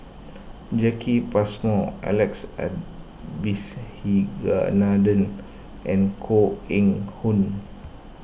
Jacki Passmore Alex Abisheganaden and Koh Eng Hoon